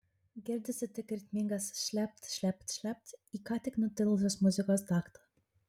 girdisi tik ritmingas šlept šlept šlept į ką tik nutilusios muzikos taktą